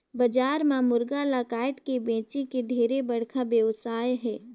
बजार म मुरगा ल कायट के बेंचे के ढेरे बड़खा बेवसाय हे